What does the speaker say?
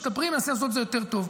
מנסים לפתור ולתת מעטפת לכל מילואימניק.